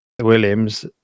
Williams